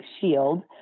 Shield